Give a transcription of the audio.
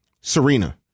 Serena